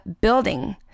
building